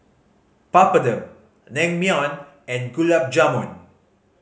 Papadum Naengmyeon and Gulab Jamun